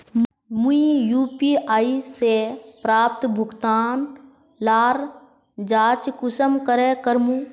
मुई यु.पी.आई से प्राप्त भुगतान लार जाँच कुंसम करे करूम?